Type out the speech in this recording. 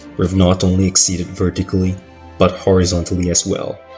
we've not only exceeded vertically but horizontally as well